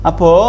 Apo